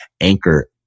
anchor